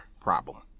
problem